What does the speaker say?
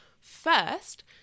First